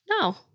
No